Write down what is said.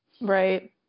Right